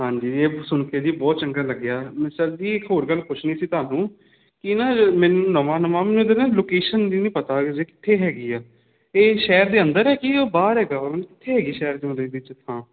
ਹਾਂਜੀ ਇਹ ਸੁਣ ਕੇ ਜੀ ਬਹੁਤ ਚੰਗਾ ਲੱਗਿਆ ਸਰ ਜੀ ਇੱਕ ਹੋਰ ਗੱਲ ਪੁੱਛਣੀ ਸੀ ਤੁਹਾਨੂੰ ਕਿ ਨਾ ਮੈਨੂੰ ਨਵਾਂ ਨਵਾਂ ਲੋਕੇਸ਼ਨ ਵੀ ਨਹੀਂ ਪਤਾ ਕਿੱਥੇ ਹੈਗੀ ਆ ਇਹ ਸ਼ਹਿਰ ਦੇ ਅੰਦਰ ਕੀ ਉਹ ਬਾਹਰ ਹੈਗਾ ਕਿੱਥੇ ਹੈਗੀ ਸ਼ਹਿਰ ਚ ਥਾਂ